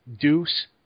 Deuce